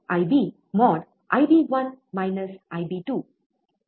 IB mode IB one IB two ಸಮನಾಗಿರುತ್ತದೆ